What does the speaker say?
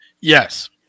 Yes